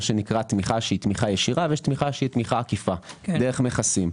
שנקרא תמיכה ישירה ויש תמיכה עקיפה דרך מכסים.